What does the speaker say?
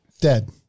Dead